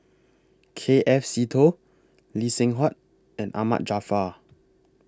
K F Seetoh Lee Seng Huat and Ahmad Jaafar